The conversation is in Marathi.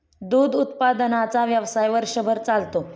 दूध उत्पादनाचा व्यवसाय वर्षभर चालतो